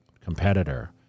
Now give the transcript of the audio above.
competitor